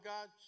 God